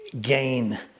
gain